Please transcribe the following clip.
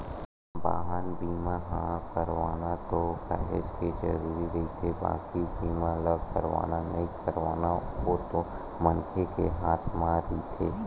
बाहन बीमा ह करवाना तो काहेच के जरुरी रहिथे बाकी बीमा ल करवाना नइ करवाना ओ तो मनखे के हात म रहिथे